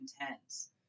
intense